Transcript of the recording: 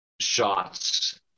shots